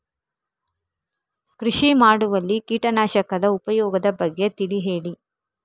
ಕೃಷಿ ಮಾಡುವಲ್ಲಿ ಕೀಟನಾಶಕದ ಉಪಯೋಗದ ಬಗ್ಗೆ ತಿಳಿ ಹೇಳಿ